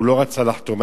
הוא לא רצה לחתום.